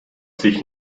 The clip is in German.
sich